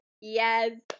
Yes